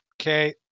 Okay